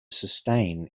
sustain